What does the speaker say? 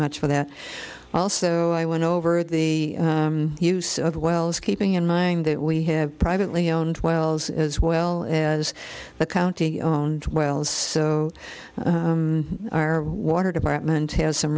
much for that also i went over the use of wells keeping in mind that we have privately owned wells as well as the county own dwells so our water department has some